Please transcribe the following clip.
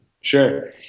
Sure